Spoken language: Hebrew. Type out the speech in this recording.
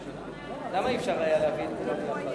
הרב משה גפני.